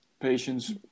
patients